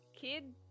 kid